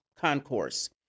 concourse